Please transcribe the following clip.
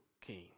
king